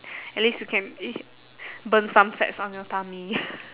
at least you can burn some fats on your tummy